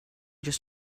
just